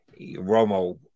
Romo